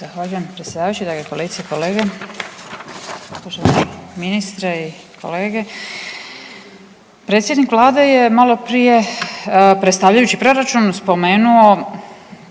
Zahvaljujem predsjedavajući, drage kolegice i kolege, poštovani ministri i kolege. Predsjednik Vlade je maloprije predstavljajući Proračun spomenuo